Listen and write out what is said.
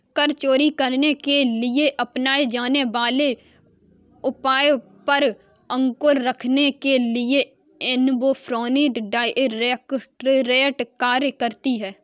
कर चोरी करने के लिए अपनाए जाने वाले उपायों पर अंकुश रखने के लिए एनफोर्समेंट डायरेक्टरेट कार्य करती है